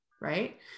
Right